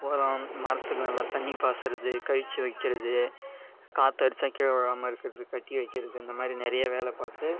உரம் மரத்துக்கு நல்லா தண்ணி பாயிச்சறது கழித்து வைக்கிறது காற்றுடிச்சா கிழ விலாம இருக்கிறதுக்கு கட்டி வைக்கிறது இந்த மாதிரி நிறையா வேலை பார்த்து